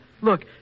Look